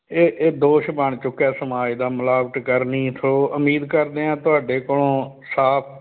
ਇਹ ਇਹ ਦੋਸ਼ ਬਣ ਚੁੱਕਿਆ ਸਮਾਜ ਦਾ ਮਿਲਾਵਟ ਕਰਨੀ ਸੋ ਉਮੀਦ ਕਰਦੇ ਹਾਂ ਤੁਹਾਡੇ ਕੋਲੋਂ ਸਾਫ